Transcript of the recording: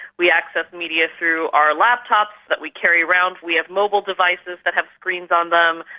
we access media through our laptops that we carry around, we have mobile devices that have screens on them,